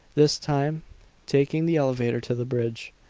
this time taking the elevator to the bridge.